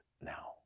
now